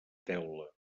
teula